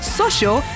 social